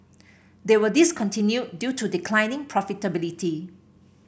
they were discontinued due to declining profitability